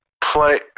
Play